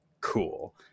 cool